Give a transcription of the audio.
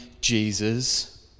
Jesus